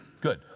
Good